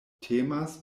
temas